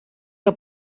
que